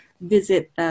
visit